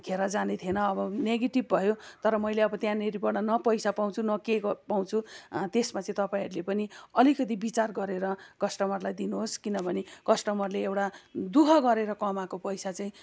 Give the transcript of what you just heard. खेर जाने थिएन अब नेगेटिभ भयो तर मैले अब त्यहाँनिरबाट न पैसा पाउँछु न के पाउँछु त्यसमा चाहिँ तपाईँहरूले पनि अलिकति विचार गरेर कस्टमरलाई दिनुहोस् किनभने कस्टमरले एउटा दुःख गरेर कमाएको पैसा चाहिँ